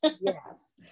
Yes